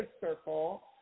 circle